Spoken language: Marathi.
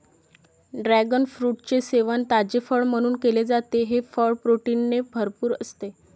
ड्रॅगन फ्रूटचे सेवन ताजे फळ म्हणून केले जाते, हे फळ प्रोटीनने भरपूर असते